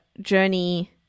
journey –